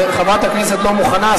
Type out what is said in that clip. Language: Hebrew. חברת הכנסת לא מוכנה.